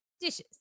dishes